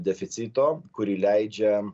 deficito kurį leidžia